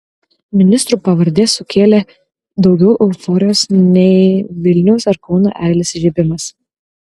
ministrų pavardės sukėlė daugiau euforijos nei vilniaus ar kauno eglės įžiebimas